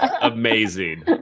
Amazing